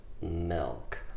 milk